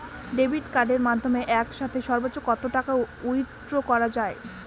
Debit কার্ডের মাধ্যমে একসাথে সর্ব্বোচ্চ কত টাকা উইথড্র করা য়ায়?